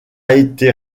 été